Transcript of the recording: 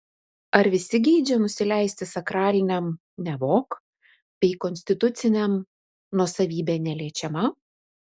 ar visi geidžia nusileisti sakraliniam nevok bei konstituciniam nuosavybė neliečiama